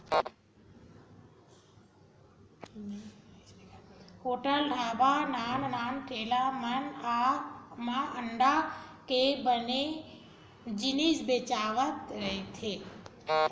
hotel, ढ़ाबा, नान नान ठेला मन म अंडा के बने जिनिस बेचावत रहिथे